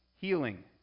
healing